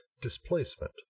displacement